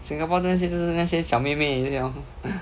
singapore 那些都是那些小妹妹这些 lor